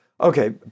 Okay